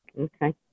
Okay